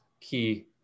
key